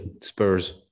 Spurs